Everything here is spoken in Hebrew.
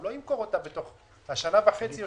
הוא לא ימכור אותה בתוך שנה וחצי או